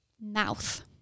mouth